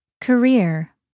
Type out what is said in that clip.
Career